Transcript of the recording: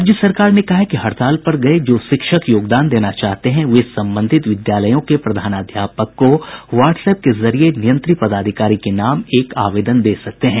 राज्य सरकार ने कहा है कि हड़ताल पर गये जो शिक्षक योगदान देना चाहते हैं वे संबंधित विद्यालयों के प्रधानाध्यापक को व्हाट्सएप के जरिये नियंत्रित पदाधिकारी के नाम एक आवेदन दे सकते हैं